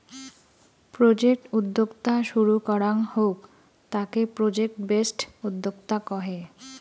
project উদ্যোক্তা শুরু করাঙ হউক তাকে প্রজেক্ট বেসড উদ্যোক্তা কহে